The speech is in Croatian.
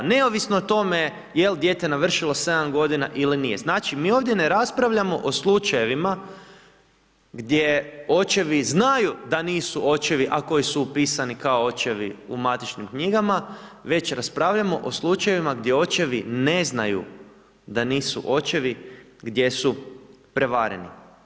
Neovisno o tome je i dijete navršilo 7 godina ili nije, znači mi ovdje ne raspravljamo o slučajevima gdje očevi znaju da nisu očevi, a koji su upisani kao očevi u matičnim knjigama, već raspravljamo o slučajevima gdje očevi ne znaju da nisu očevi, gdje su prevareni.